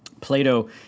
Plato